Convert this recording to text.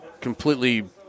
completely